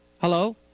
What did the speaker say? Hello